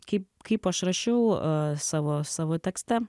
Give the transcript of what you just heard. kaip kaip aš rašiau savo savo tekste